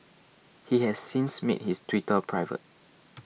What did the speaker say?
he has since made his Twitter private